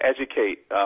educate